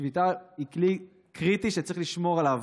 שביתה היא כלי קריטי שצריך לשמור עליו,